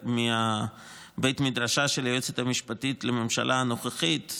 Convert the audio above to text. מבית מדרשה של היועצת המשפטית לממשלה הנוכחית,